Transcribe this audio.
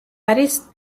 არის